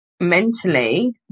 Mentally